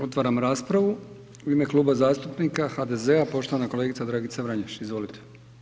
Otvaram raspravu u ime Kluba zastupnika HDZ-a, poštovana kolegica Dragica Vranješ, izvolite.